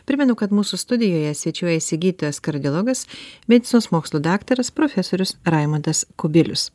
primenu kad mūsų studijoje svečiuojasi gydytojas kardiologas medicinos mokslų daktaras profesorius raimundas kubilius